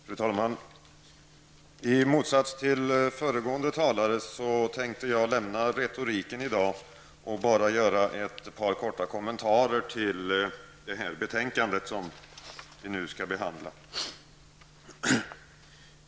Fru talman! I motsats till föregående talare skall jag lämna retoriken i dag och bara göra ett par korta kommentarer till det betänkande som vi nu skall behandla.